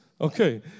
Okay